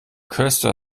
köster